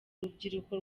urubyiruko